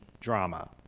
drama